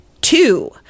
Two